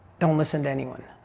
don't listen to anyone.